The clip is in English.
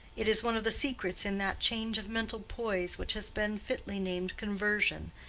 it is one of the secrets in that change of mental poise which has been fitly named conversion,